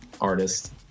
artist